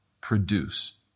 produce